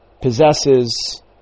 possesses